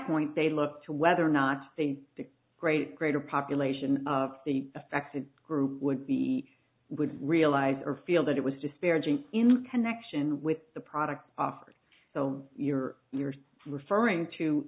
point they look to whether or not they are great great a population of the affected group would be would realize or feel that it was disparaging in connection with the product offered so you're referring to